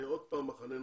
מחנה נוסף.